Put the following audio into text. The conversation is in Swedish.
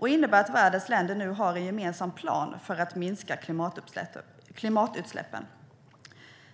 Det innebär att världens länder har en gemensam plan för att minska klimatutsläppen.